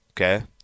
okay